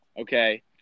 Okay